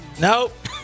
Nope